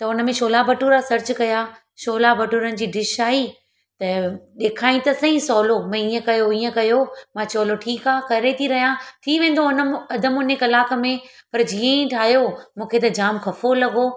त उनमें छोला भटूरा सर्च कयां छोला भटूरनि जी डिश आई त ॾेखाई त सई सहूलो भई हिअं कयो हिअं कयो मां चलो हलो ठीक आ करे थी रहियां थी वेंदो हुन में अधु मुने कलाक में पर जीअं ई ठाहियो मूंखे त जाम ख़फ़ो लॻो